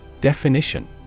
Definition